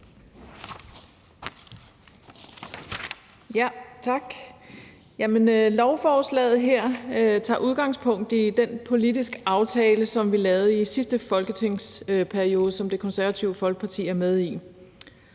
Tak. Lovforslaget her tager udgangspunkt i den politiske aftale, som vi lavede i sidste folketingsperiode, og som Det Konservative Folkeparti er med i,